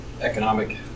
Economic